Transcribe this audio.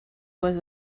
was